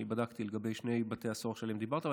בדקתי לגבי שני בתי הסוהר שעליהם דיברת,